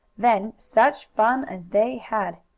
then such fun as they had!